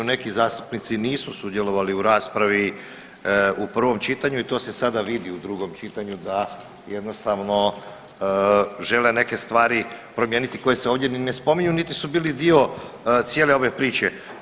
Neki zastupnici nisu sudjelovali u raspravi u prvom čitanju i to se sada vidi u drugom čitanju, da jednostavno žele neke stvari promijeniti koje se ovdje ni ne spominju, niti su bili dio cijele ove priče.